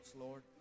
Lord